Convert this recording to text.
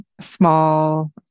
small